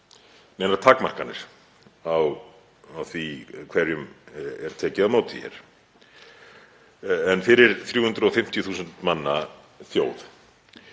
neinar takmarkanir á því hverjum er tekið á móti hér. En fyrir 350.000 manna þjóð,